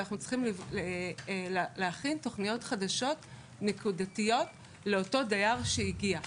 ואנחנו צריכים להכין תוכניות חדשות נקודתיות לאותו דייר שהגיע.